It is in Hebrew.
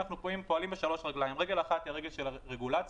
אנחנו פועלים בשלוש רגליים: הרגל האחת היא הרגל של הרגולציה,